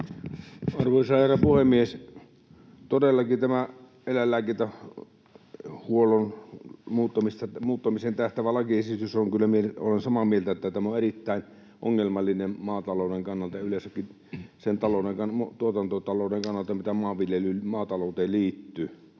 Arvoisa herra puhemies! Todellakin tämä eläinlääkintähuollon muuttamiseen tähtäävä lakiesitys on kyllä... Olen samaa mieltä, että tämä on erittäin ongelmallinen maatalouden kannalta, yleensäkin sen tuotantotalouden kannalta, mitä maanviljelyyn, maatalouteen, liittyy.